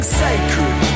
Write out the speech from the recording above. sacred